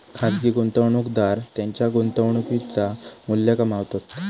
खाजगी गुंतवणूकदार त्येंच्या गुंतवणुकेचा मू्ल्य कमावतत